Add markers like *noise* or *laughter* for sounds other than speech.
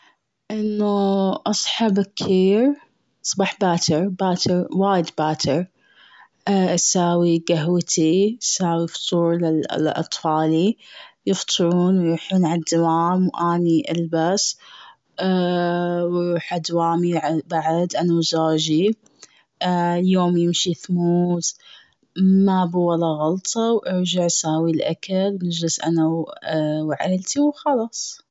أنو أصحى بكير أصبح باكر-باكر وايد باكر *hesitation* اساوي قهوتي اساوي فطور لال -ال-اطفالي يفطرون ويروحون على الدوام وأني البس *hesitation* وأ-أروح على دوامي أنا بعد أنا وزوجي، *hesitation* واليوم يمشي اثموز ما به ولا غلطة وارجع اساوي الأكل ونجلس أنا و *hesitation* وعيلتي وخلاص.